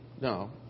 no